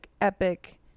epic